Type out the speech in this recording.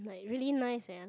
like really nice eh